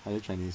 higher chinese